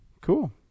Cool